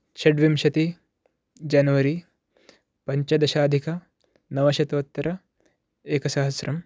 षड्विंशति जनवरि पञ्चदशाधिकनवशतोत्तर एकसहस्रं